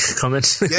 comment